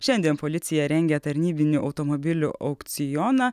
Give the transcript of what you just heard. šiandien policija rengia tarnybinių automobilių aukcioną